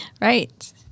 Right